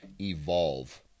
evolve